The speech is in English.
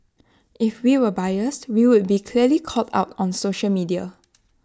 if we were biased we would be clearly called out on social media